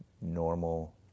normal